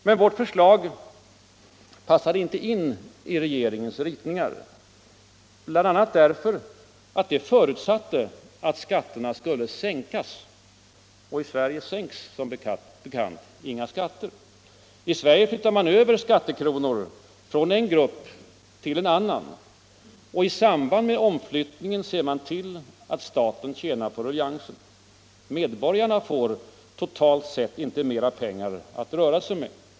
Men vårt förslag passade inte in i regeringens ritningar, bl.a. därför att det förutsatte att skatterna skulle sänkas. Och i Sverige sänks som bekant inga skatter. I Sverige flyttar man över skattekronor från en grupp till en annan, och i samband med omflyttningen ser man till att staten tjänar på ruljangsen. Men medborgarna får totalt sett inte mer pengar att röra sig med.